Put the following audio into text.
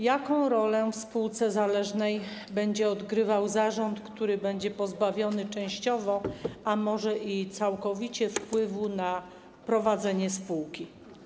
Jaką rolę w spółce zależnej będzie odgrywał zarząd, który będzie pozbawiony częściowo, a może i całkowicie, wpływu na prowadzenie spółki?